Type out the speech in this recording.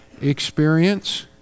experience